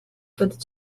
but